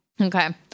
okay